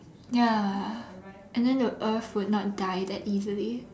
ya and then the earth would not die that easily